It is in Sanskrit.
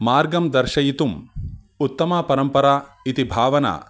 मार्गं दर्शयितुम् उत्तमा परम्परा इति भावना